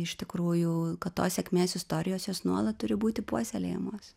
iš tikrųjų kad tos sėkmės istorijos jos nuolat turi būti puoselėjamos